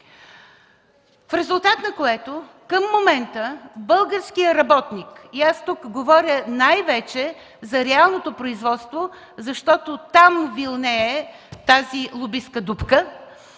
В резултат на това към момента българският работник – тук говоря най-вече за реалното производство, защото там вилнее тази лобистка дупка...